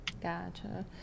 Gotcha